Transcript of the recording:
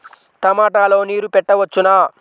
టమాట లో నీరు పెట్టవచ్చునా?